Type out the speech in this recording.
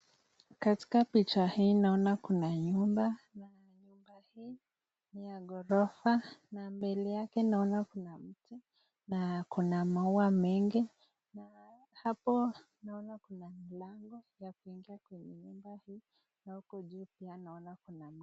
Katika picha naona kuna nyumba, na nyumba hii ni ya ghorofa, na mbele yake naona kuna mti na kuna maua mengi na hapo naona kuna mlango ya kuingi kwenye nyumba hii na huko juu pia naona kuna.